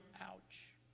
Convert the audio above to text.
ouch